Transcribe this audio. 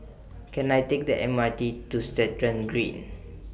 Can I Take The M R T to Stratton Green